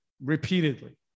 repeatedly